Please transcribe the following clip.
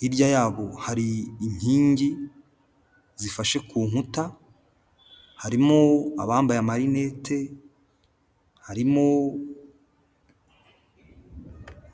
hirya yabo hari inkingi zifashe ku nkuta, harimo abambaye amarinete, harimo...